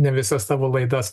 ne visas savo laidas